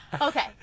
Okay